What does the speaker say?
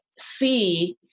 see